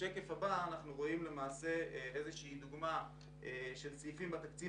בשקף הבא אנחנו רואים למעשה סעיפים בתקציב